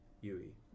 Yui